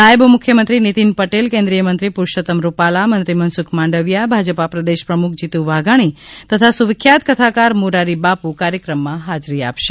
નાયબ મુખ્યમંત્રી નિતિન પટેલ કેન્દ્રીય મંત્રી પુરષોત્તમ રૂપાલા મંત્રી મનુસુખ માંડવીયા ભાજપા પ્રદેશ પ્રમુખ જીતુ વાઘાણી તથા સુવિખ્યાત કથાકાર મોરારી બાપુ કાર્યક્રમમાં હાજરી આપશે